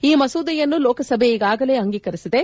ಈ ಮಸೂದೆಯನ್ನು ಲೋಕಸಭೆ ಈಗಾಗಲೇ ಅಂಗೀಕರಿಸಿದೆ